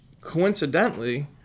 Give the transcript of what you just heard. coincidentally